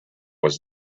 was